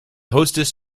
hostess